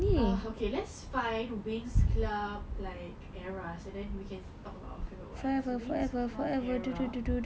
uh okay let's find winx club like era so then we can talk about that for awhile so winx club era